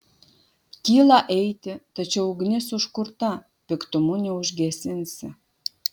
kyla eiti tačiau ugnis užkurta piktumu neužgesinsi